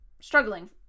struggling